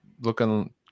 looking